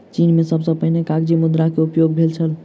चीन में सबसे पहिने कागज़ी मुद्रा के उपयोग भेल छल